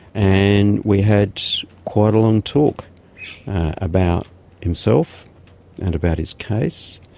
and we had quite a long talk about himself and about his case.